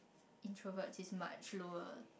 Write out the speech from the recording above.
introverts is much lower